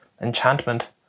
enchantment